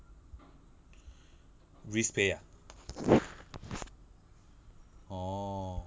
risk pay ah orh